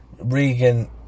Regan